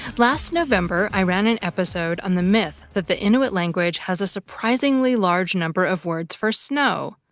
last november, i ran an episode on the myth that the inuit language has a surprisingly large number of words for snow.